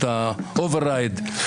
את ה-override.